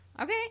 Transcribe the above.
Okay